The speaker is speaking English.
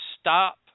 stop